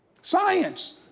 Science